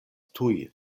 tuj